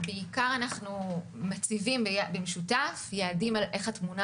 בעיקר מציבים במשותף יעדים על איך התמונה